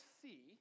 see